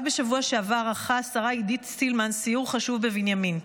רק בשבוע שעבר ערכה השרה עידית סילמן סיור חשוב בבנימין,